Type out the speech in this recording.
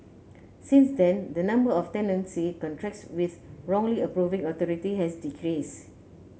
since then the number of tenancy contracts with wrong approving authority has decreased